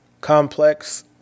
complex